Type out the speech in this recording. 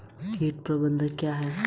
कीट प्रबंधन क्या है?